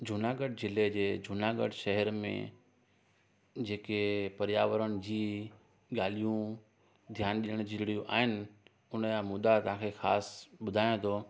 जूनागढ़ जिले जे जूनागढ़ शहर में जेके पर्यावरण जी ॻाल्हियूं ध्यानु ॾियण जरूरी आहिनि उनजा मुदा तव्हांखे ख़ासि ॿुधाया थो